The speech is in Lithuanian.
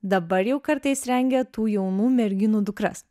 dabar jau kartais rengia tų jaunų merginų dukras